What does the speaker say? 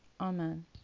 Amen